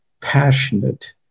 passionate